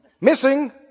Missing